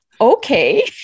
Okay